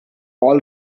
all